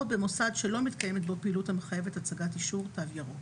או במוסד שלא מתקיימת בו פעילות המחייבת הצגת אישור "תו ירוק""."